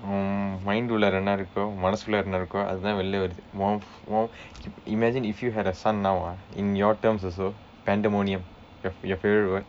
mm mind உள்ளார என்ன இருக்கு மனசு உள்ளார என்ன இருக்கு அதுதான் வெளியே வருது உன் உன்:ullara enna irukku manasu ullara enna irukku athuthaan veliyee varuthu un un imagine if you had a son now ah in your terms also pandemonium your your favourite word